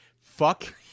Fuck